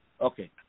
Okay